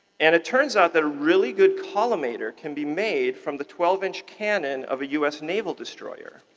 and it turns out that a really good collimator can be made from the twelve inch cannon of a us naval destroyer.